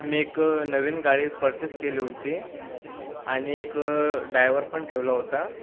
मी एक नवीन गाडी पर्चेस केली होती आणि एक डायवर पण ठेवला होता